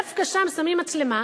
דווקא שם שמים מצלמה,